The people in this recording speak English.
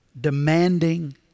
demanding